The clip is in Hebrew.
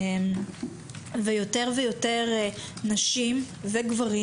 ויותר ויותר נשים, גברים